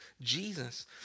Jesus